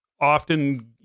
often